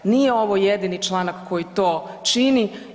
Nije ovo jedini članak koji to čini.